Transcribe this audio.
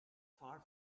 far